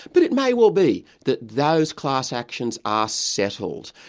but it may well be that those class actions are settled.